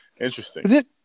interesting